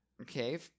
Okay